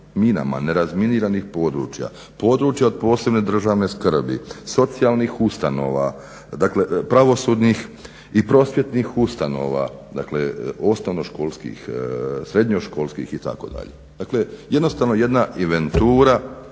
nerazminiranih područja, područja od posebne državne skrbi, socijalnih ustanova, pravosudnih i prosvjetnih ustanova, dakle osnovnoškolskih, srednjoškolskih itd. Dakle, jednostavno jedna inventura,